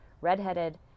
redheaded